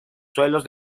suelos